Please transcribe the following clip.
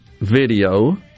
video